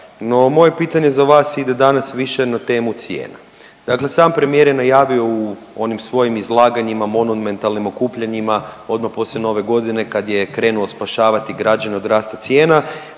moje pitanje za vas ide danas više na temu cijena. Dakle, sam premijer je najavio u onim svojim izlaganjima, monomentalnim okupljanjima odmah poslije nove godine kada je krenuo spašavati građane od raste cijena